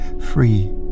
free